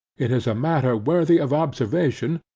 it is a matter worthy of observation,